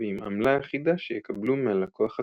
ועם עמלה אחידה שיקבלו מהלקוח עצמו.